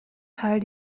teil